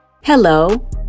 Hello